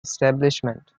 establishment